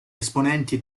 esponenti